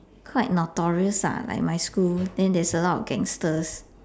quite notorious lah like my school then there's a lot of gangsters